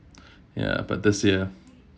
ya but this year